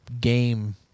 game